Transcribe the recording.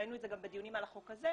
ראינו את זה גם בדיונים על החוק הזה,